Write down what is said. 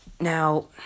Now